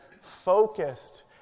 focused